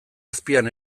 azpian